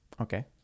okay